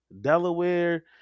Delaware